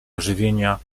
ożywienia